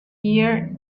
year